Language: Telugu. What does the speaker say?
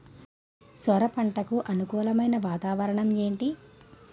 సొర పంటకు అనుకూలమైన వాతావరణం ఏంటి?